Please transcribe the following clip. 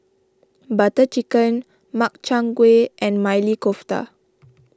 Butter Chicken Makchang Gui and Maili Kofta